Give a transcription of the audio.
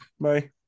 Bye